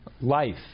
life